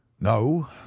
No